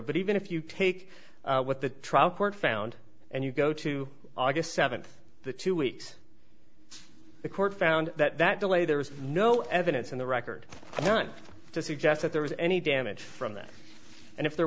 but even if you take what the trial court found and you go to august seventh the two weeks the court found that that delay there was no evidence in the record not to suggest that there was any damage from that and if there